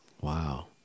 Wow